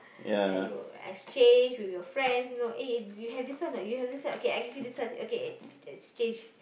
then you exchange with your friends you know eh you have this one or not you have this one okay I give you this one okay ex~ exchange